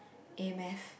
a-math